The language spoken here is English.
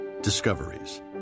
discoveries